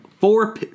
four